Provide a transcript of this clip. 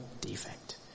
defect